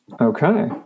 okay